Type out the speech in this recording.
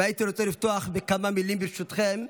והייתי רוצה לפתוח בכמה מילים, ברשותכם.